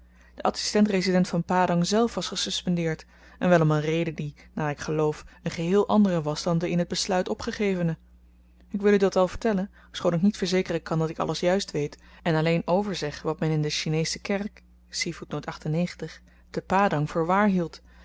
de adsistent resident van padang zelf was gesuspendeerd en wel om een reden die naar ik geloof een geheel andere was dan de in het besluit opgegevene ik wil u dat wel vertellen schoon ik niet verzekeren kan dat ik alles juist weet en alleen verzeg wat men in de chinesche kerk te padang voor waar hield